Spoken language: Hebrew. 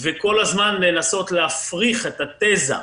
וכל הזמן לנסות להפריך את התיזה.